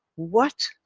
what?